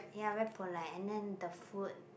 ya very polite and then the food